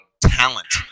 talent